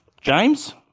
James